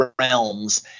realms